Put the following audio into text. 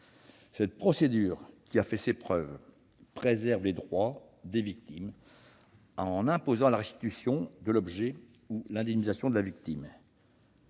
Cette procédure, qui a fait ses preuves, préserve les droits des victimes en imposant la restitution de l'objet ou l'indemnisation de la victime.